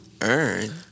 Earn